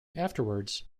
afterwards